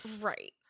Right